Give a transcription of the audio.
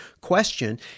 question